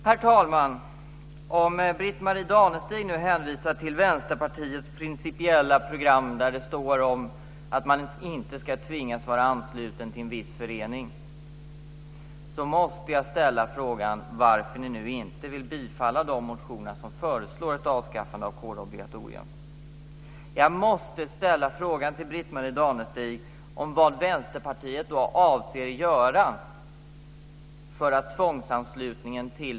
Herr talman! Om Britt-Marie Danestig hänvisar till Vänsterpartiets principiella program där det står att man inte ska tvingas att vara ansluten till en viss förening, måste jag ställa frågan varför ni inte vill bifalla de motioner som föreslår ett avskaffande av kårobligatoriet. Jag måste också ställa frågan till